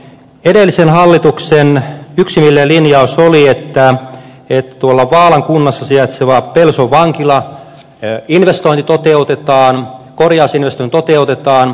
edellisen hallituksen yksimielinen linjaus oli että tuolla vaalan kunnassa sijaitseva pelson vankilan korjausinvestointi toteutetaan